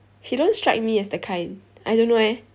he don't strike me as the kind I don't know eh